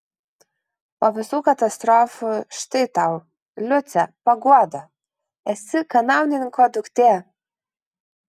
po visų katastrofų štai tau liuce paguoda esi kanauninko duktė